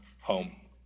home